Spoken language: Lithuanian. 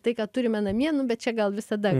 tai ką turime namie nu bet čia gal visada